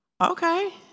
okay